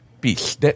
peace